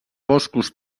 boscos